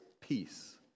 peace